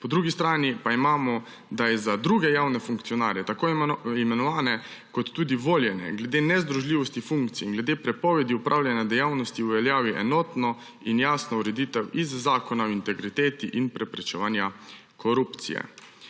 Po drugi strani pa imamo, da je za druge javne funkcionarje, imenovane kot tudi voljene, glede nezdružljivosti funkcij in glede prepovedi opravljanja dejavnosti v veljavi enotna in jasna ureditev iz Zakona o integriteti in preprečevanju korupcije.